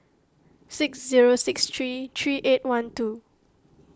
six zero six three three eight one two